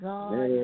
God